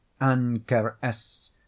Ankeres